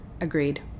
Agreed